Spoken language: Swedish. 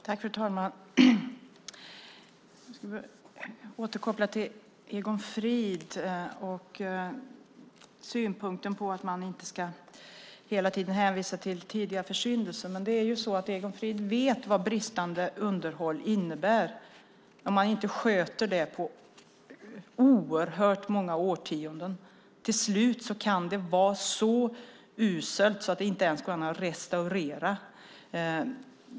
Fru talman! Jag vill återkoppla till Egon Frid och synpunkten att man inte hela tiden ska hänvisa till tidigare försyndelser. Egon Frid vet ju vad bristande underhåll innebär. Om man inte sköter underhållet på flera årtionden kan det till slut bli så uselt att det inte ens går att restaurera.